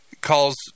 calls